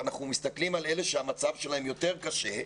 ואנחנו מסתכלים על אלה שהמצב שלהם יותר קשה,